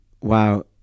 wow